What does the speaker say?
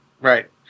Right